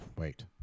Wait